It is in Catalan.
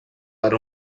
per